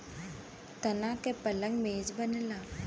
तना के पलंग मेज बनला